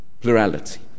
plurality